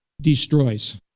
destroys